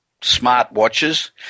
smartwatches